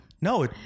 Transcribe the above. No